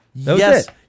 Yes